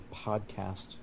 podcast